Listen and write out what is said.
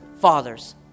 fathers